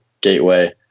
Gateway